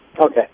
okay